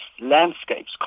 landscapes